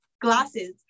glasses